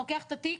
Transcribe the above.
אני לוקח את התיק,